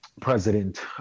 President